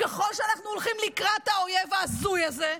ככל שאנחנו הולכים לקראת האויב ההזוי הזה,